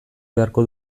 beharko